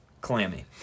clammy